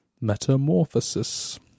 Metamorphosis